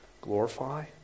glorify